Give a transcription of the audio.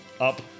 Up